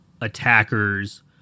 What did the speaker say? attackers